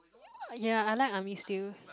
ya I like army stew